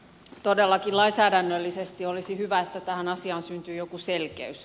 todellakin lainsäädännöllisesti olisi hyvä että tähän asiaan syntyy jokin selkeys